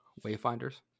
Wayfinders